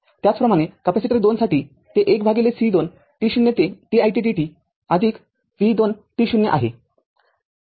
त्याचप्रमाणे कॅपेसिटर २ साठी ते १C२ t0ते t it dt v२ t0आहे